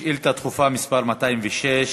שאילתה דחופה מס' 206,